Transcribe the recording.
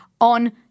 on